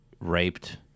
raped